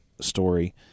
story